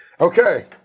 Okay